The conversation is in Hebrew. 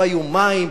לא היו מים,